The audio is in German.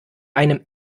einem